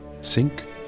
sink